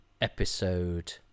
episode